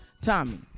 Tommy